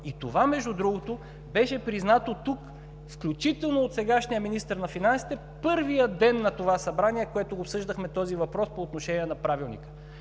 И това, между другото, беше признато тук, включително от сегашния министър на финансите в първия ден на това събрание, когато обсъждахме този въпрос по отношение на Правилника.